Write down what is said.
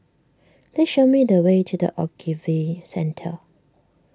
please show me the way to the Ogilvy Centre